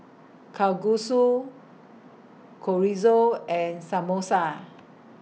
Kalguksu Chorizo and Samosa